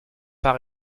pas